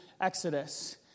Exodus